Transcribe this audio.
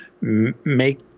Make